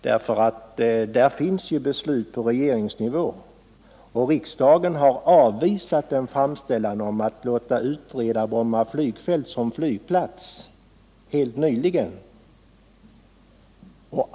Det finns nämligen ett annat beslut på regeringsnivå, och riksdagen har helt nyligen avvisat en framställning om att låta utreda frågan om Bromma som flygplats.